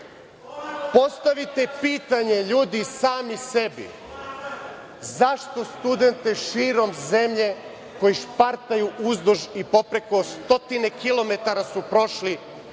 nasilje. Postavite pitanje, ljudi, sami sebi, zašto studente širom zemlje, koji špartaju uzduž i popreko, stotine kilometara su prošli,